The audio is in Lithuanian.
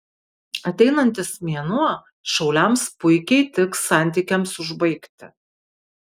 ateinantis mėnuo šauliams puikiai tiks santykiams užbaigti